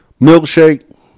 milkshake